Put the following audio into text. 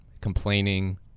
complaining